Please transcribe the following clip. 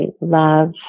love